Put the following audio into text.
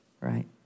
right